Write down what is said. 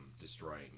destroying